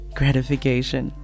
gratification